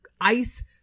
ice